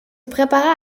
prépara